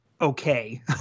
okay